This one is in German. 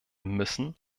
müssen